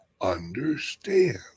understand